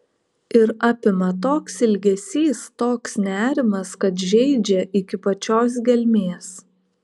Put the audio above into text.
ir apima toks ilgesys toks nerimas kad žeidžia iki pačios gelmės